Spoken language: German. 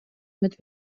mit